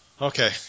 Okay